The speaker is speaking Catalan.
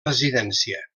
residència